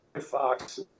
Fox